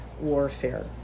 warfare